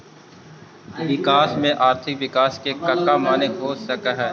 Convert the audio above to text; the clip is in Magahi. वास्तव में आर्थिक विकास के कका माने हो सकऽ हइ?